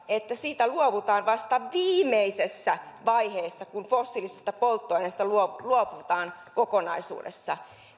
että siitä luovutaan vasta viimeisessä vaiheessa kun fossiilisista polttoaineista luovutaan luovutaan kokonaisuudessaan